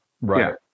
right